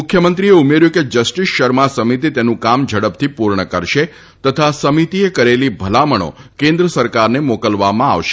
મુખ્યમંત્રીએ ઉમેર્યું હતું કે જસ્ટીસ શર્મા સમિતી તેનું કામ ઝડપથી પુર્ણ કરશે તથા સમિતીએ કરેલી ભલામણો કેન્દ્ર સરકારને મોકલવામાં આવશે